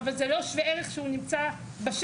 אבל זה לא שווה ערך שהוא נמצא בשטח,